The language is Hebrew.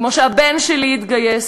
כמו שהבן שלי התגייס,